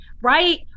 right